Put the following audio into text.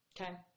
Okay